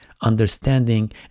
understanding